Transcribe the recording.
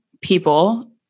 people